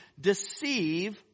deceive